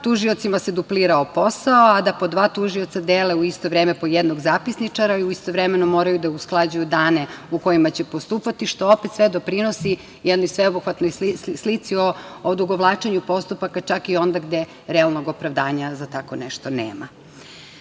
Tužiocima se duplirao posao, a da po dva tužioca dele u isto vreme po jednog zapisničara i istovremeno moraju da usklađuju dane u kojima će postupati, što opet sve doprinosi jednoj sveobuhvatnoj slici o odugovlačenju postupaka čak i onda gde realnog opravdanja za tako nešto nema. Što